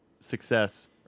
success